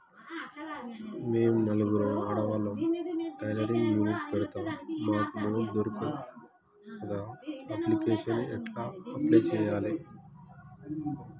మేము నలుగురం ఆడవాళ్ళం టైలరింగ్ యూనిట్ పెడతం మాకు లోన్ దొర్కుతదా? అప్లికేషన్లను ఎట్ల అప్లయ్ చేయాలే?